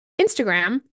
Instagram